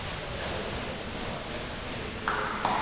let's have a round of applause for that kind of diversity.